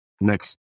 next